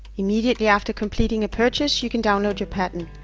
immediately after completing a purchase, you can download your pattern.